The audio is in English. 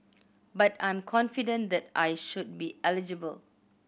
but I'm confident that I should be eligible